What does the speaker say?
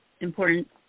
important